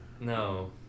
No